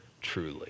truly